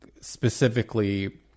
specifically